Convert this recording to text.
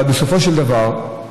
אבל בסופו של דבר,